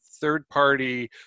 third-party